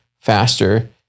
faster